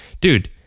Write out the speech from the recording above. Dude